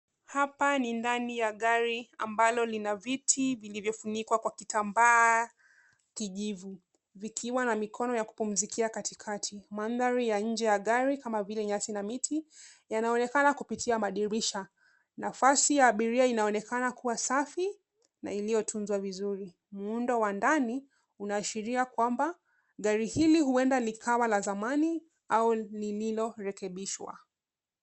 Hapa ni ndani ya gari ambalo lina viti vilivyofunikwa kwa kitambaa kijivu vikiwa na mikono ya kupumzikia katikati. Mandhari ya nje ya gari kama vile nyasi na miti yanaonekana kupitia madirisha. Nafasi ya abiria inaonekana kuwa safi na iliyotunzwa vizuri. Muundo wa ndani unaashiria kwamba gari hili huenda ikawa la zamani au lililorekebishwa.